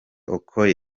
okoye